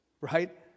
right